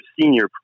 senior